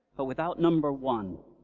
but without number one,